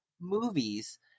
movies